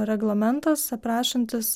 reglamentas aprašantis